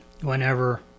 whenever